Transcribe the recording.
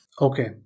Okay